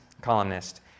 columnist